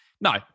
No